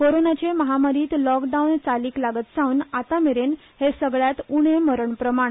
कोरोनाचे म्हामारींत लॉकडावन चालीक लागत सावन आतांमेरेन हें सगल्यांत उणें मरण प्रमाण